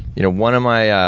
you know, one of my ah